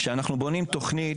כשאנחנו בונים תוכנית,